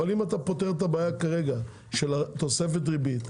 אבל אם אתה פותר את הבעיה כרגע של התוספת ריבית,